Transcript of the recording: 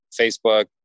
Facebook